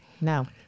No